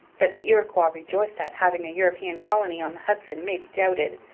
that the iroquois rejoiced at having a european colony on the hudson may be doubted,